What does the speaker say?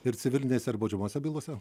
ir civilinėse baudžiamosiose bylose